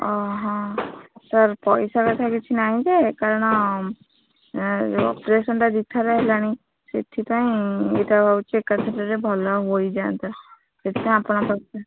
ଓ ହଁ ସାର୍ ପଇସା କଥା କିଛି ନାହିଁ ଯେ କାରଣ ଅପରେସନ୍ଟା ଦୁଇ ଥର ହେଲାଣି ସେଥିପାଇଁ ଏଇଟା ହେଉଛି ଏକାଥରକେ ଭଲ ହୋଇଯାଆନ୍ତା ସେଥିପାଇଁ ଆପଣଙ୍କ ପାଖରେ